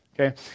Okay